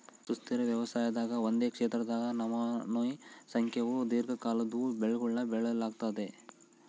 ಸುಸ್ಥಿರ ವ್ಯವಸಾಯದಾಗ ಒಂದೇ ಕ್ಷೇತ್ರದಾಗ ನಮನಮೋನಿ ಸಂಖ್ಯೇವು ದೀರ್ಘಕಾಲದ್ವು ಬೆಳೆಗುಳ್ನ ಬೆಳಿಲಾಗ್ತತೆ